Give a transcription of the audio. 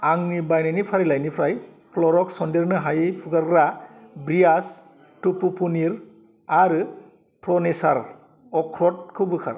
आंनि बायनायनि फारिलाइनिफ्राय क्लरक्स सन्देरनो हायै फुगारग्रा बियाज टुपु पनिर आरो प्र नेचार अख्रदखौ बोखार